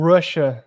Russia